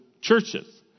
churches